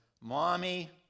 Mommy